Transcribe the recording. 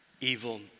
evil